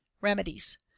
Remedies